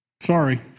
Sorry